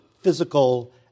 physical